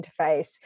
interface